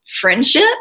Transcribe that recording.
friendship